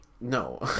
No